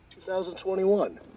2021